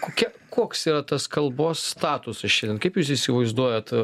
kokia koks yra tas kalbos statusas šiandien kaip jūs įsivaizduojat